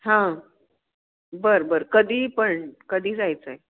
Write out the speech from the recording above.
हां बरं बरं कधी पण कधी जायचं आहे